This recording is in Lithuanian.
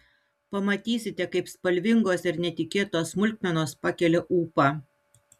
pamatysite kaip spalvingos ir netikėtos smulkmenos pakelia ūpą